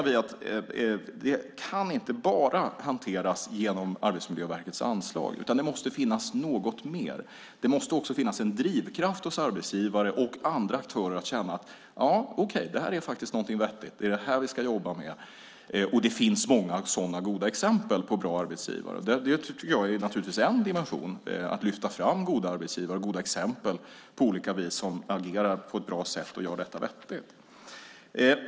Vi menar att detta inte bara kan hanteras genom Arbetsmiljöverkets anslag. Det måste finnas något mer. Det måste också finnas en drivkraft hos arbetsgivare och andra aktörer att känna att det här är något vettigt, att det här är något vi ska jobba med. Det finns många goda exempel på bra arbetsgivare. Det är en dimension att lyfta fram goda arbetsgivare, goda exempel på arbetsgivare som agerar på ett bra och vettigt sätt.